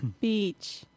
Beach